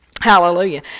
Hallelujah